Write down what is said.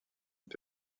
une